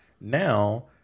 now